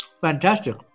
fantastic